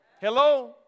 Hello